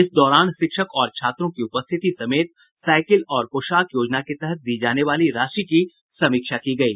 इस दौरान शिक्षक और छात्रों की उपस्थिति समेत साईकिल और पोशाक योजना के तहत दी जाने वाली राशि की समीक्षा की गयी